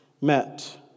met